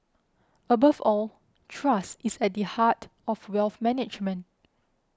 above all trust is at the heart of wealth management